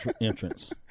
entrance